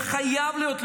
וחייב להיות לה,